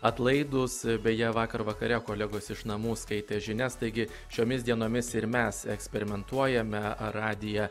atlaidūs beje vakar vakare kolegos iš namų skaitė žinias taigi šiomis dienomis ir mes eksperimentuojame ar radiją